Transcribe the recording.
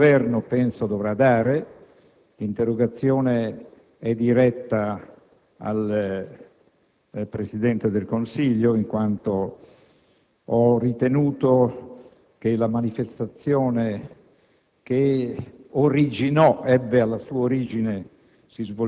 L'avevo lasciato cadere perché pensavo che le polemiche politiche si esaurissero, ma oggi si è aggiunto invece il fatto che devo rispondere in sede penale di due reati,